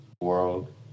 world